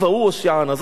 זאת דעת רבי יהודה.